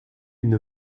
une